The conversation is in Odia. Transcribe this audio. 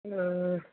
ହୁଁ